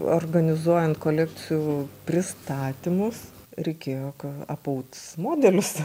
organizuojant kolekcijų pristatymus reikėjo ka apaut modelius